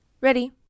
Ready